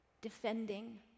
defending